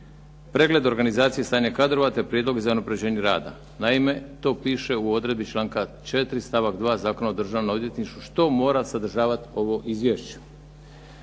pregled i organizaciju stanja kadrova, te prijedlog za unapređenje rada. Naime, to piše u odredbi članka 4. stavak 2. Zakona o državnom odvjetništvu što mora sadržavati ovo izvješće.